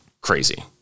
crazy